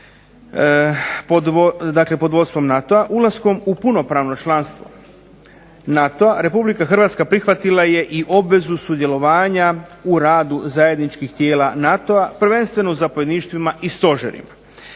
ulaskom u punopravno članstvo NATO-a Republika Hrvatska prihvatila je i obvezu sudjelovanja u radu zajedničkih tijela NATO-a, prvenstveno u zapovjedništvima i stožerima.